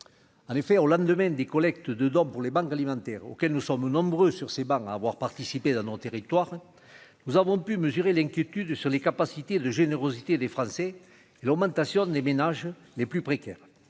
en effet au lendemain des collectes de dons pour les banques alimentaires auxquels nous sommes nombreux sur ces bancs, à avoir participé dans nos territoires, nous avons pu mesurer l'inquiétude sur les capacités de générosité des Français, l'augmentation des ménages les plus précaires,